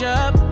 up